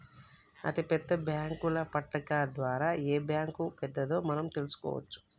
అతిపెద్ద బ్యేంకుల పట్టిక ద్వారా ఏ బ్యాంక్ పెద్దదో మనం తెలుసుకోవచ్చు